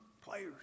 players